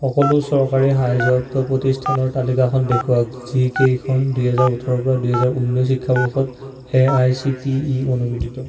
সকলো চৰকাৰী সাহায্যপ্ৰাপ্ত প্ৰতিষ্ঠানৰ তালিকাখন দেখুৱাওক যিকেইখন দুই হাজাৰ ওঠৰৰ পৰা দুই হাজাৰ ঊনৈছ শিক্ষাবৰ্ষত A I C T E অনুমোদিত